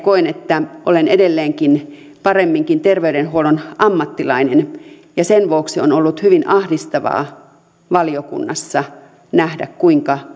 koen että olen edelleenkin paremminkin terveydenhuollon ammattilainen ja sen vuoksi on ollut hyvin ahdistavaa valiokunnassa nähdä kuinka